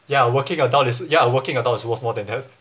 ya working adult is ya working adults is worth more than that